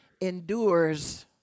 endures